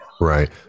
Right